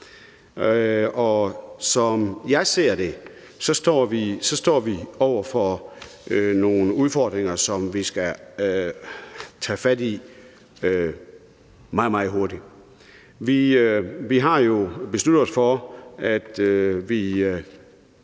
og som jeg ser det, står vi over for nogle udfordringer, som vi skal tage fat i meget, meget hurtigt. Vi har jo besluttet os for, at vi